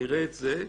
נראה את זה,